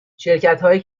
شرکتهایی